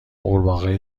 غورباغه